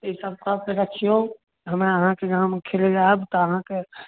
ई सभ कऽ के रखियौ हमरा अहाँके गाम खेलै लए आएब तऽअहाँके